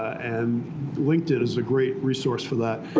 and linkedin is a great resource for that,